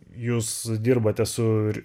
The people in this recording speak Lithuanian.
jūs dirbate su